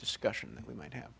discussion that we might have